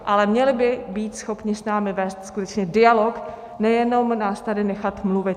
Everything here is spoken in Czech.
Ale měli by být schopni s námi vést skutečně dialog, nejenom nás tady nechat mluvit.